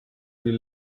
viel